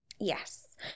yes